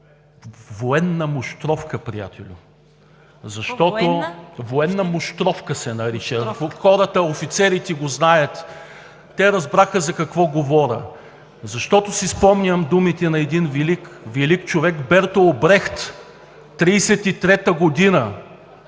военна мущровка, приятелю! „Военна мущровка“ се нарича. Офицерите го знаят. Те разбраха за какво говоря. И си спомням думите на един велик човек – Бертолд Брехт, в 1933 г.,